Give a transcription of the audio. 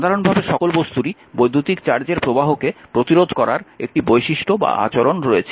সাধারণভাবে সকল বস্তুরই বৈদ্যুতিক চার্জের প্রবাহকে প্রতিরোধ করার একটি বৈশিষ্ট্য বা আচরণ রয়েছে